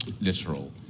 literal